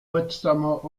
potsdamer